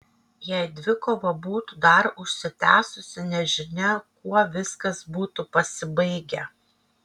jei dvikova būtų dar užsitęsusi nežinia kuo viskas būtų pasibaigę